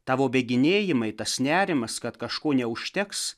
tavo bėginėjimas tas nerimas kad kažko neužteks